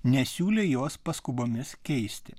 nesiūlė jos paskubomis keisti